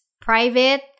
private